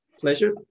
Pleasure